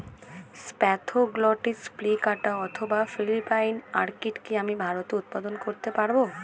Spathoglottis plicata অথবা Philippine orchid কি আমি ভারতে উৎপাদন করতে পারবো?